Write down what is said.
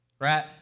right